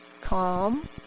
Calm